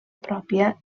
pròpia